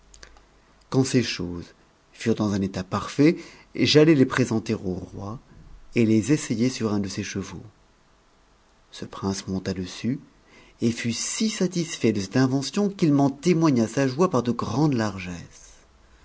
quand ces choses furent dans un état parfiit j'allai les présenter n roi je les essayai sur un de ses chevaux ce prince monta dessus et fut si satisfait de cette invention qu'il m'en témoigna sa joie par de grandes largesses